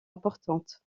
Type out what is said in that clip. importante